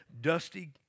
dusty